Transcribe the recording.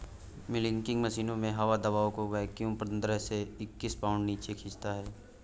milking मशीनों में हवा दबाव को वैक्यूम पंद्रह से इक्कीस पाउंड नीचे खींचता है